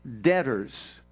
debtors